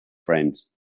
friends